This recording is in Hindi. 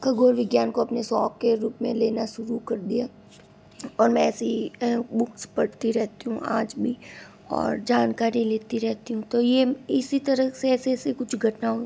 खगोल विज्ञान को अपने शौक़ के रूप में लेना शुरू कर दिया और मैं ऐसे ही बुक्स पढ़ती रहती हूँ आज भी और जानकारी लेती रहती हूँ तो यह इसी तरह से ऐसे ऐसे कुछ घटना